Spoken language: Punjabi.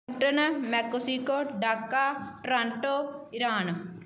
Mexico Dhaka Toronto Iran